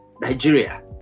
Nigeria